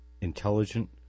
intelligent